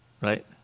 right